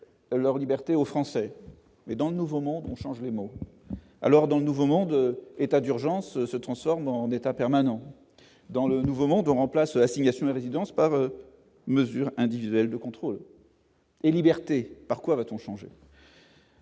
leur liberté aux Français, mais dans le Nouveau Monde on change le monde alors dans le Nouveau Monde, état d'urgence se transforme en état permanent dans le nouveau monde remplace l'assignation à résidence par mesure individuelle de contrôle. Et liberté par quoi va-t-on changer.